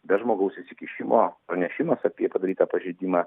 be žmogaus įsikišimo pranešimas apie padarytą pažeidimą